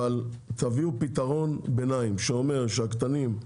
אבל תביאו פתרון ביניים שאומר שהקטנים,